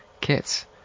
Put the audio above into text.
kits